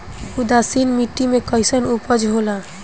उदासीन मिट्टी में कईसन उपज होला?